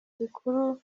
bikuru